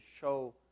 show